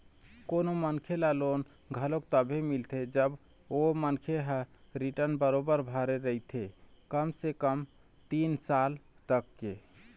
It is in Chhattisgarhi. कोनो मनखे ल लोन घलोक तभे मिलथे जब ओ मनखे ह रिर्टन बरोबर भरे रहिथे कम से कम तीन साल तक के